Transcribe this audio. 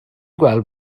gweld